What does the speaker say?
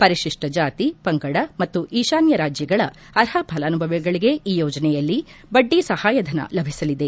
ಪರಿಶಿಷ್ವ ಜಾತಿ ಪಂಗಡ ಮತ್ತು ಈಶಾನ್ಯ ರಾಜ್ಯಗಳ ಅರ್ಹ ಫೆಲಾನುಭವಿಗಳಿಗೆ ಈ ಯೋಜನೆಯಲ್ಲಿ ಬಡ್ಡಿ ಸಹಾಯಧನ ಲಭಿಸಲಿದೆ